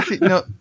No